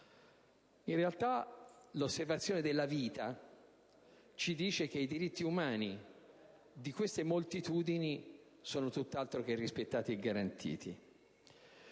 In realtà, l'osservazione della vita ci dice che i diritti umani di queste moltitudini sono tutt'altro che rispettati e garantiti.